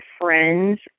friends